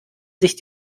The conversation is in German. sich